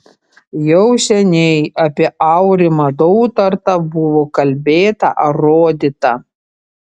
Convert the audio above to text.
jau seniai apie aurimą dautartą buvo kalbėta ar rodyta